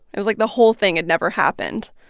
it was like the whole thing had never happened.